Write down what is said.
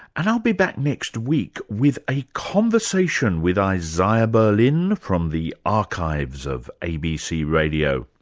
and i'll be back next week with a conversation with isaiah berlin from the archives of abc radio.